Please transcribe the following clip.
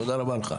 תודה רבה לך.